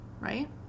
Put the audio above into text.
right